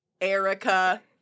Erica